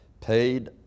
Paid